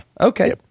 Okay